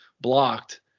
blocked